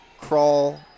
crawl